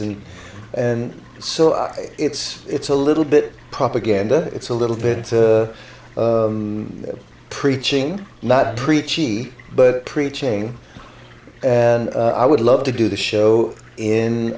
and and so it's it's a little bit propaganda it's a little bit of preaching not preachy but preaching and i would love to do the show in